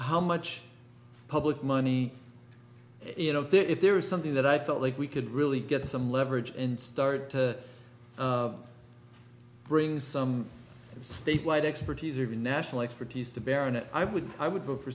how much public money you know if there is something that i felt like we could really get some leverage and start to bring some statewide expertise or even national expertise to baronet i would i would prefer